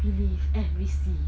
believe and we see